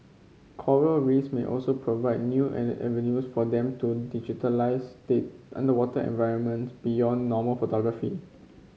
coral Reefs may also provide new avenues for them to underwater environments beyond normal photography